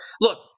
Look